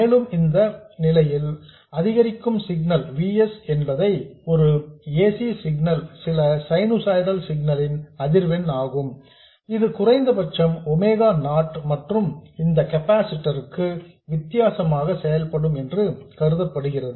மேலும் இந்த நிலையில் அதிகரிக்கும் சிக்னல் V s என்பதை ஒரு ac சிக்னல் சில சைனுசாய்டல் சிக்னல் ன் அதிர்வெண் ஆகும் இது குறைந்த பட்சம் ஒமேகா நாட் மற்றும் இந்த கெப்பாசிட்டர்ஸ் ac க்கு வித்தியாசமாக செயல்படும் என்று கருதப்படுகிறது